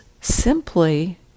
simply